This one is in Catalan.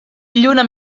lluna